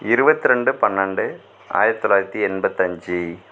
இருவத்திரெண்டு பன்னண்டு ஆயிரத்தி தொள்ளாயிரத்தி எண்பத்தஞ்சு